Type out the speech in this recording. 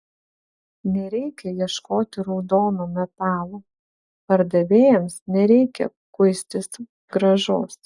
nereikia ieškoti raudono metalo pardavėjams nereikia kuistis grąžos